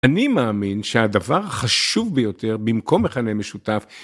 אני מאמין שהדבר החשוב ביותר במקום מכנה משותף